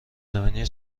زمینی